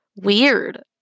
weird